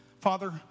Father